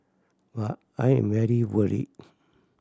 but I am very worried